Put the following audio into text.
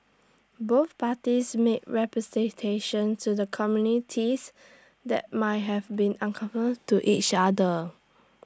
both parties made representations to the committees that might have been uncomfortable to each other